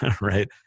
Right